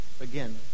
Again